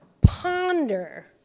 ponder